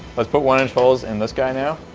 let's put one inch holes in this guy now,